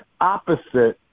opposite